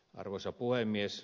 arvoisa puhemies